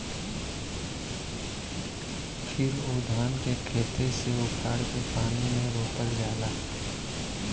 फिर उ धान के खेते से उखाड़ के पानी में रोपल जाला